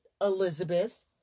Elizabeth